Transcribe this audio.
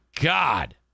God